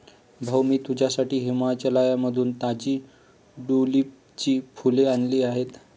भाऊ, मी तुझ्यासाठी हिमाचलमधून ताजी ट्यूलिपची फुले आणली आहेत